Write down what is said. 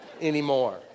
anymore